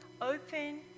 Open